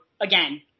again